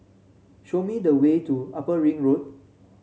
show me the way to Upper Ring Road